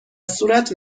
صورت